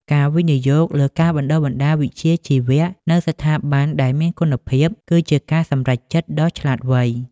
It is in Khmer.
ការវិនិយោគលើការបណ្តុះបណ្តាលវិជ្ជាជីវៈនៅស្ថាប័នដែលមានគុណភាពគឺជាការសម្រេចចិត្តដ៏ឆ្លាតវៃ។